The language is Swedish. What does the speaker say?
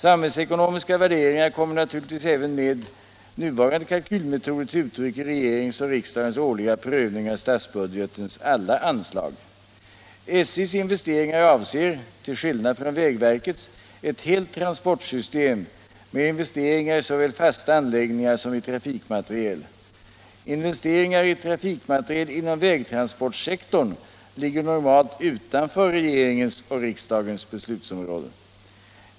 Samhällsekonomiska värderingar kommer naturligtvis även med nuvarande kalkylmetoder till uttryck i regeringens och riksdagens årliga prövning av statsbudgetens alla anslag. SJ:s investeringar avser, till skillnad från vägverkets, ett helt transportsystem med investeringar i såväl fasta anläggningar som trafikmateriel. Investeringar i trafikmateriel inom vägtransportsektorn ligger normalt utanför regeringens och riksdagens beslutsområde.